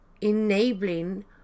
enabling